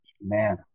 man